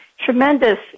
Tremendous